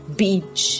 beach